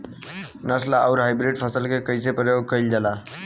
नस्ल आउर हाइब्रिड फसल के कइसे प्रयोग कइल जाला?